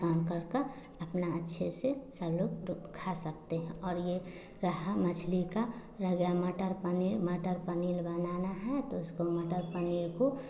काम कर कर अपना अच्छे से सब खा सकते हैं और यह रहा मछली का रह गया मटर पनीर मटर पनीर बनाना है तो उसको मटर पनीर को